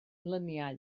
luniau